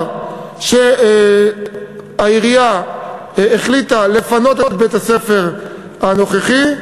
שהעירייה החליטה לפנות את בית-הספר הנוכחי,